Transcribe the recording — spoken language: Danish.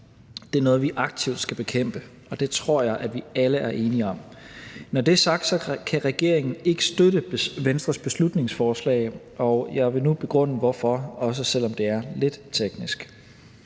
det er noget, vi aktivt skal bekæmpe – og det tror jeg vi alle er enige om. Når det er sagt, kan regeringen ikke støtte Venstres beslutningsforslag, og jeg vil nu begrunde hvorfor, også selv om det er lidt teknisk.